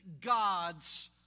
God's